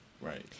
Right